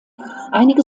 einige